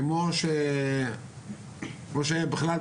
כמו שבכלל,